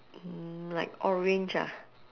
mm like orange ah